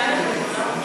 להצבעה?